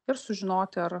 ir sužinoti ar